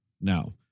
now